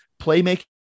playmaking